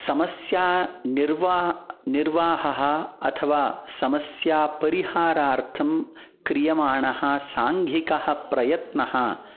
समस्या निर्वा निर्वाहः अथवा समस्या परिहारार्थं क्रीयमाणः साङ्घिकः प्रयत्नः